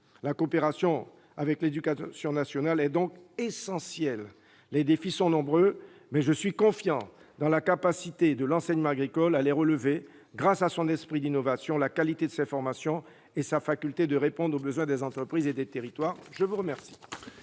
La coopération avec l'éducation nationale est donc essentielle. Les défis sont nombreux, mais je suis confiant dans la capacité de l'enseignement agricole à les relever grâce à son esprit d'innovation, à la qualité de ses formations et à sa faculté de répondre aux besoins des entreprises et des territoires. Mes chers